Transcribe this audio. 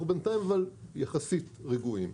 אבל בינתיים אנחנו יחסית רגועים,